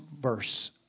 verse